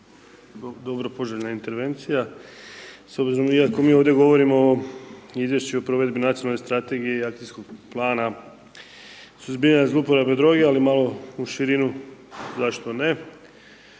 dobro poželjna intervencija s obzirom iako mi ovdje govorimo o Izvješću o provedbi Nacionalne strategije i akcijskog plana suzbijanja zlouporabe droga ali malo u širinu, zašto ne.